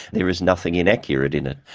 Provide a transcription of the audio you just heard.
there is nothing inaccurate in it.